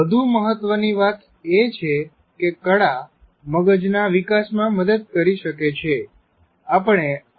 વધુ મહત્વની વાત એ છે કે કળા મગજના વિકાસમાં મદદ કરી શકે છે